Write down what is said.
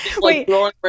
Wait